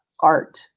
art